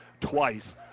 twice